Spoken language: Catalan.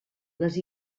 les